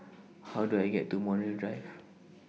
How Do I get to Montreal Drive